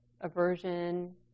aversion